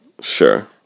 Sure